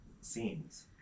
scenes